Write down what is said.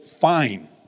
Fine